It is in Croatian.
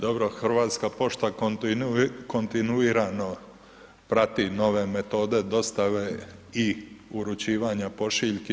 Dobro, Hrvatska pošta kontinuirano prati nove metode dostave i uručivanja pošiljki.